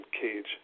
cage